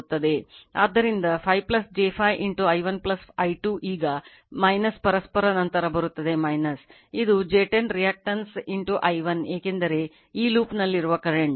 ಆದ್ದರಿಂದ 5 j 5 i1 i2 ಈಗ ಪರಸ್ಪರ ನಂತರ ಬರುತ್ತದೆ ಇದು j 10 ರಿಯಾಕ್ಟನ್ಸ್ i1 ಏಕೆಂದರೆ ಈ ಲೂಪ್ನಲ್ಲಿನ ಕರೆಂಟ್